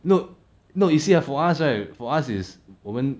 no no you see ah for us right for us is 我们